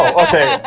okay,